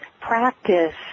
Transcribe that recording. practice